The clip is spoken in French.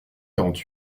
quarante